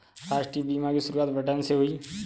राष्ट्रीय बीमा की शुरुआत ब्रिटैन से हुई